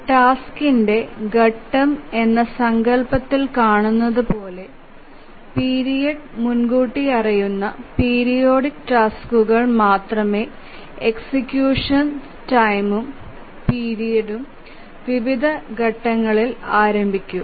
ഒരു ടാസ്കിന്റെ ഘട്ടം എന്ന സങ്കൽപ്പത്തിൽ കാണുന്നത് പോലെ പീരിയഡ് മുൻകൂട്ടി അറിയുന്ന പീരിയോഡിക് ടാസ്കുകൾ മാത്രമേ എക്സിക്യൂഷൻ ടൈംഉം പീരിയഡ്ഉം വിവിധ ഘട്ടങ്ങളിൽ ആരംഭിക്കൂ